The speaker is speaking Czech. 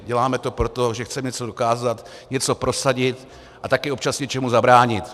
Děláme to proto, že chceme něco dokázat, něco prosadit a také občas něčemu zabránit.